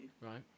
Right